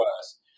worse